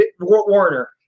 Warner